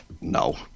No